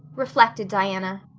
reflected diana.